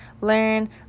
learn